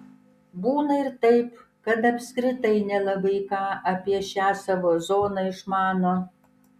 būna ir taip kad apskritai nelabai ką apie šią savo zoną išmano